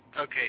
Okay